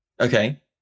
Okay